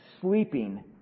sleeping